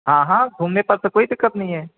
हाँ हाँ घूमने पर तो कोई दिक्कत नहीं है